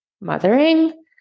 mothering